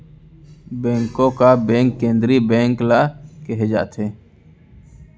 बेंको का बेंक केंद्रीय बेंक ल केहे जाथे